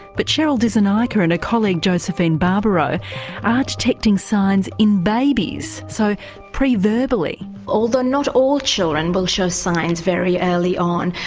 but cheryl dissanayake and her and colleague josephine barbaro are detecting signs in babies so pre-verbally. although not all children will show signs very early on,